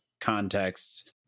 contexts